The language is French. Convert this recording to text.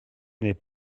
n’est